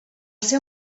seu